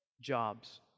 jobs